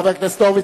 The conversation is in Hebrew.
חבר הכנסת הורוביץ,